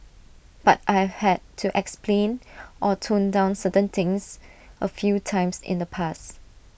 but I've had to explain or tone down certain things A few times in the past